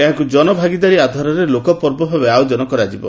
ଏହାକୁ ଜନଭାଗିଦାରୀ ଆଧାରରେ ଲୋକପର୍ବ ଭାବେ ଆୟୋଜନ କରାଯିବ